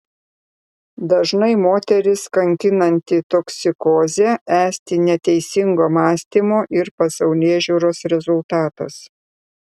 dažnai moteris kankinanti toksikozė esti neteisingo mąstymo ir pasaulėžiūros rezultatas